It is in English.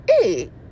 hey